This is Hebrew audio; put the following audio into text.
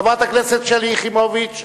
חברת הכנסת שלי יחימוביץ,